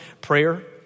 prayer